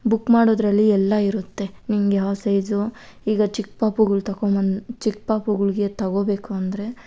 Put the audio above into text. book ಮಾಡೋದ್ರಲ್ಲಿ ಎಲ್ಲ ಇರುತ್ತೆ ನಿಮ್ಗೆ ಯಾವ ಸೈಜು ಈಗ ಚಿಕ್ಕ ಪಾಪುಗಳ ತಕೊಂಬ ಚಿಕ್ಕ ಪಾಪುಗಳ್ಗೆ ತಗೊಬೇಕು ಅಂದರೆ